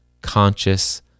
conscious